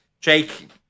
jake